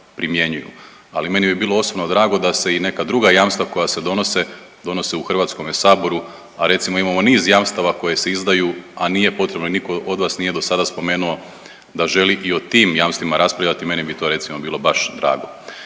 Ali meni bi bilo osobno drago da se i neka druga jamstva koja se donose, donose u Hrvatskome saboru a recimo imamo niz jamstava koja se izdaju a nije potrebno, nitko od vas nije do sada spomenuo da želi i o tim jamstvima raspravljati. Meni bi to recimo bilo baš drago.